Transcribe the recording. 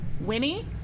Winnie